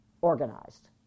organized